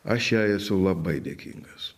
aš jai esu labai dėkingas